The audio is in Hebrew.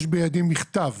יש בידי מכתב